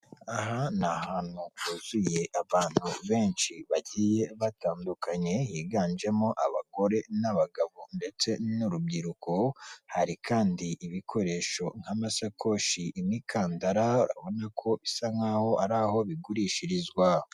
Aha ni ahantu huzuye abantu benshi bagiye batandukanye higanjemo abagore n'abagabo ndetse n'urubyiruko hari kandi ibikoresho nk'amasakoshi, imikandara, urabona ko bisa nk'aho ari aho bigurishirizwa.